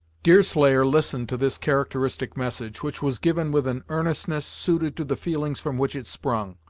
deerslayer listened to this characteristic message, which was given with an earnestness suited to the feelings from which it sprung,